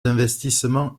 d’investissements